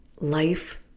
life